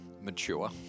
mature